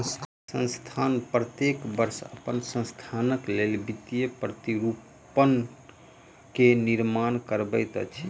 संस्थान प्रत्येक वर्ष अपन संस्थानक लेल वित्तीय प्रतिरूपण के निर्माण करबैत अछि